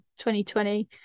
2020